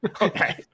okay